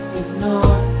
ignore